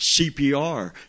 CPR